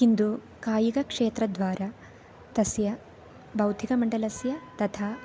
किन्तु गायिकक्षेत्रद्वारा तस्य भौतिकमण्डलस्य तथा